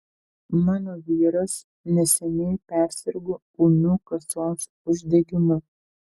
mano vyras neseniai persirgo ūmiu kasos uždegimu